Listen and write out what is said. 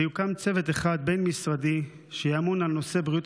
ויוקם צוות אחד בין-משרדי שיהיה אמון על נושא בריאות